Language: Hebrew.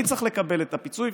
אני צריך לקבל את הפיצוי.